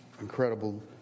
incredible